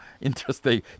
interesting